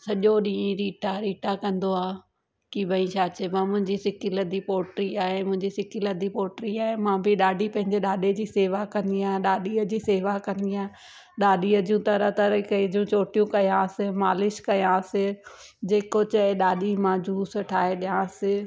सॼो ॾींहुं रीटा रीटा कंदो आहे की भई छा चइबो आहे मुंहिजी सिकिलधी पोटी आहे मुंहिंजी सिकिलधी पोटी आहे मां बि ॾाढी पंहिजे ॾाॾे जी सेवा कंदी आहियां ॾाॾीअ जी सेवा कंदी आहियां ॾाॾीअ जूं तरह तरह कई जूं चोटियूं कयासीं मालिश कयासीं जेको चए ॾाॾी मां जूस ठाहे ॾियांसीं